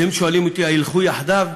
ואם שואלים אותי: הילכו יחדיו?